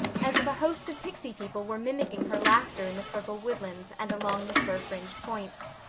as if a host of pixy people were mimicking her laughter in the purple woodlands and along the fir-fringed points.